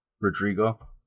Rodrigo